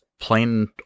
plain